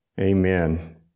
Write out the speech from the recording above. Amen